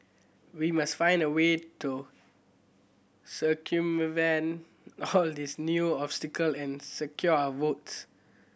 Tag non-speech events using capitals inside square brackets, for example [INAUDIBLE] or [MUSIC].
we must find a way to circumvent [NOISE] all these new obstacle and secure our votes